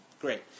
great